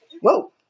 whoa